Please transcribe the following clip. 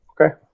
Okay